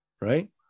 right